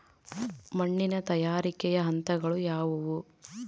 ಮಣ್ಣಿನ ತಯಾರಿಕೆಯ ಹಂತಗಳು ಯಾವುವು?